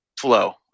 flow